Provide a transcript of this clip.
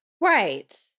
Right